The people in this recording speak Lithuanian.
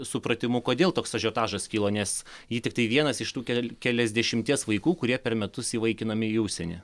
supratimu kodėl toks ažiotažas kilo nes ji tiktai vienas iš tų kel keliasdešimties vaikų kurie per metus įvaikinami į užsienį